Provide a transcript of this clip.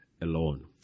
alone